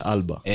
Alba